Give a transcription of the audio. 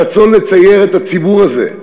הרצון לצייר את הציבור הזה,